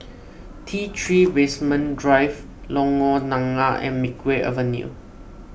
T three Basement Drive Lorong Nangka and Makeway Avenue